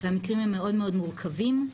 והמקרים הם מאוד-מאוד מורכבים.